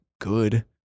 good